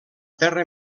terra